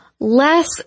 Less